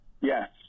Yes